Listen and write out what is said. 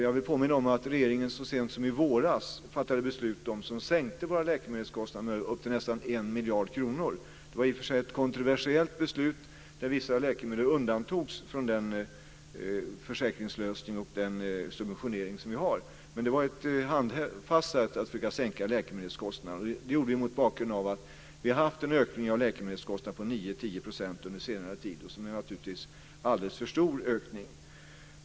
Jag vill påminna om att regeringen så sent som i våras fattade beslut som sänkte våra läkemedelskostnader med upp till nästan 1 miljard kronor. Det var i och för sig ett kontroversiellt beslut där vissa läkemedel undantogs från den försäkringslösning och den subventionering som vi har, men det var ett handfast sätt att försöka sänka läkemedelskostnaderna. Det gjorde vi mot bakgrund av att vi har haft en ökning av läkemedelskostnaderna på 9-10 % under senare tid, vilket naturligtvis är en alldeles för stor ökning.